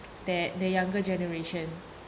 that the younger generation